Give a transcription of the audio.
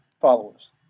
followers